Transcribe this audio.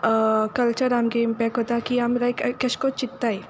culture आमगे impact कोतता की आमी लायक केशे को चिंतताय